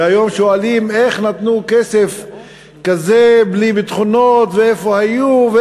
והיום שואלים איך נתנו כסף כזה בלי ביטחונות ואיפה היו.